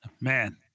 Man